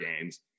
games